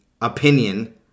opinion